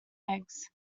eggs